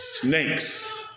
Snakes